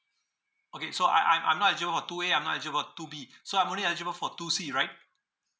okay so I I'm I'm not eligible for two A I'm not eligible two B so I'm only eligible for two C right